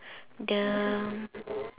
the